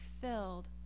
filled